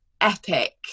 epic